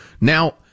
Now